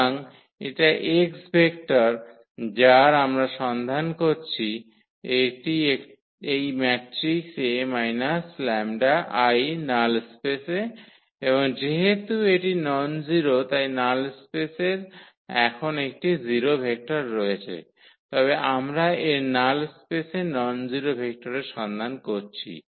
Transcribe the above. সুতরাং এটা x vector যার আমরা সন্ধান করছি এটি এই ম্যাট্রিক্স 𝐴 − 𝜆𝐼 নাল স্পেসে এবং যেহেতু এটি ননজিরো তাই নাল স্পেসের এখন একটি 0 ভেক্টর রয়েছে তবে আমরা এর নাল স্পেসে ননজিরো ভেক্টরের জন্য সন্ধান করছি